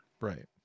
Right